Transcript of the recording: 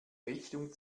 richtung